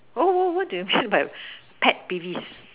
oh what do you mean by pet peeves